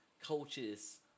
coaches